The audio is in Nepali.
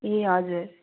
ए हजुर